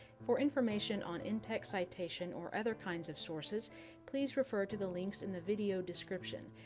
for information on in-text citations or other kinds of sources please refer to the links in the video description.